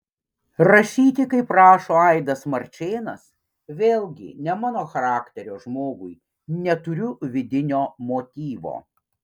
rašyti kaip rašo aidas marčėnas vėlgi ne mano charakterio žmogui neturiu vidinio motyvo